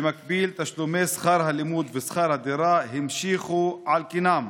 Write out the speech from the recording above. במקביל תשלומי שכר הלימוד ושכר הדירה נותרו על כנם.